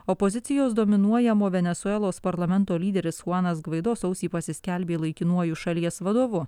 opozicijos dominuojamo venesuelos parlamento lyderis chuanas gvaido sausį pasiskelbė laikinuoju šalies vadovu